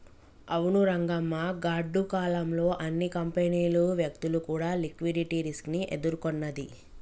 అవును రంగమ్మ గాడ్డు కాలం లో అన్ని కంపెనీలు వ్యక్తులు కూడా లిక్విడిటీ రిస్క్ ని ఎదుర్కొన్నది